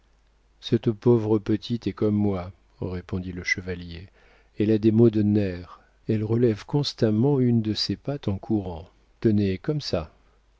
cette pauvre petite est comme moi répondit le chevalier elle a des maux de nerfs elle relève constamment une de ses pattes en courant tenez comme ça